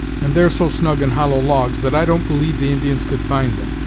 and they're so snug in hollow logs that i don't believe the indians could find them,